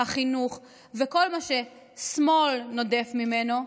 החינוך וכל מה ש'סמול' נודף ממנו,